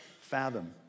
fathom